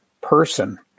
person